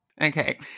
Okay